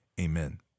amen